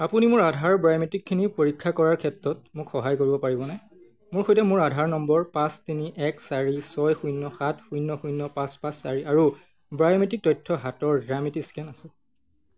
আপুনি মোৰ আধাৰ বায়োমেট্ৰিকখিনি পৰীক্ষা কৰাৰ ক্ষেত্ৰত মোক সহায় কৰিব পাৰিবনে মোৰ সৈতে মোৰ আধাৰ নম্বৰ পাঁচ তিনি এক চাৰি ছয় শূন্য সাত শূন্য শূন্য পাঁচ পাঁচ চাৰি আৰু বায়োমেট্ৰিক তথ্য হাতৰ জ্যামিতি স্কেন আছে